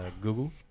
Google